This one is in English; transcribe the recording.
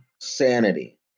sanity